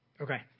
Okay